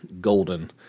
Golden